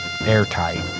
airtight